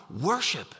Worship